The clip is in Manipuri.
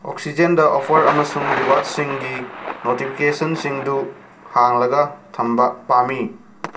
ꯑꯣꯛꯁꯤꯖꯦꯟꯗ ꯑꯣꯐꯔ ꯑꯃꯁꯨꯡ ꯔꯤꯋꯥꯔꯠꯁꯤꯡꯒꯤ ꯅꯣꯇꯤꯐꯤꯀꯦꯁꯟꯁꯤꯡꯗꯨ ꯍꯥꯡꯂꯒ ꯊꯝꯕ ꯄꯥꯝꯃꯤ